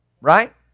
right